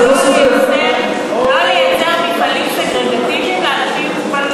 לא לייצר מפעלים סגרגטיביים לאנשים מוגבלים.